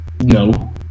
No